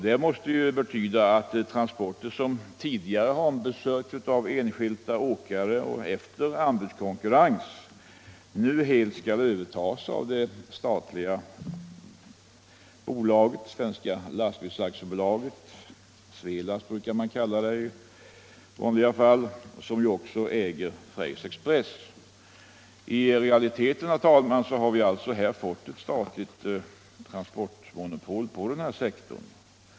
Det måste betyda att transporter som tidigare ombesörjts av enskilda åkare efter anbudskonkurrens nu helt skall övertas av det statliga bolaget, Svenska Lastbils AB — Svelast — som ju också äger Freys Express. I realiteten har vi, herr talman, alltså fått ett statligt transportmonopol på den här sektorn.